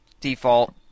default